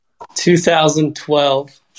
2012